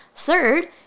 Third